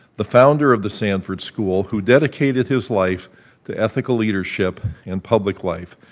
the founder of the sanford school, who dedicated his life to ethical leadership and public life.